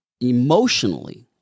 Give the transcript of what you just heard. emotionally